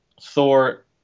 Thor